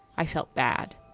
i felt bad.